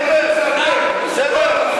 תקבל כמו אריאל, בסדר?